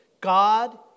God